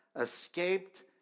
escaped